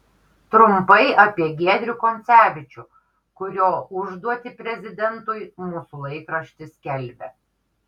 trumpai apie giedrių koncevičių kurio užduotį prezidentui mūsų laikraštis skelbia